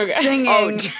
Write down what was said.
Singing